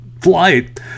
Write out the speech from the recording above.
flight